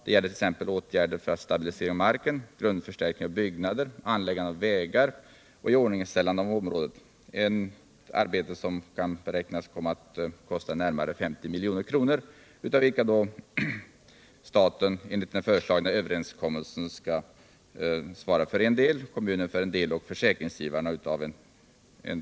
Det gäller t.ex. åtgärder för att stabilisera marken, grundförstärkning av byggnader, anläggande av vägar och iordningställande av området — ett arbete som kan beräknas komma att kosta närmare 50 milj.kr., varav staten då enligt den föreslagna överenskommelsen skall svara för en del, kommunen för en del och försäkringsgivarna för en del.